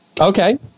okay